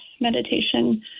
meditation